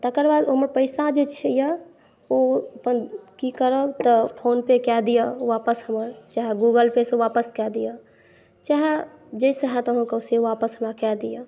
तकरबाद हमर पैसा जे छै यऽ ओ अपन की करब तऽ फ़ोन पे कए दिअ वापस हमर चाहे गूगल पेसँ वापस कए दियऽ चाहे जाहिसँ होयत अहाँकेॅं से वापस हमरा कए दिअ